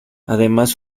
además